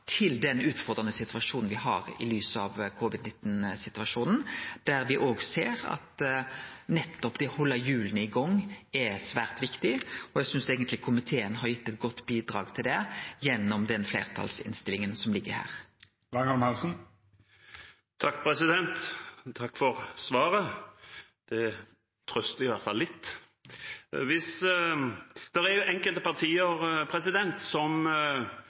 til den utfordrande situasjonen me har i lys av covid-19, der me ser at nettopp det å halde hjula i gang er svært viktig. Eg synest eigentleg komiteen har gitt eit godt bidrag til det gjennom denne fleirtalsinnstillinga. Takk for svaret, det trøster iallfall litt. Det